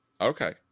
Okay